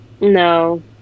no